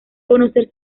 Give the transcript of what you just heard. conocer